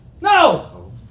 No